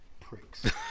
pricks